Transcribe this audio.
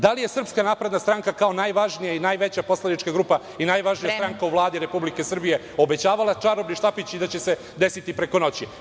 Da li je SNS kao najvažnija i najveća poslanička grupa i najvažnija stranka u Vladi Republike Srbije obećavala čarobni štapić i da će se desiti preko noći?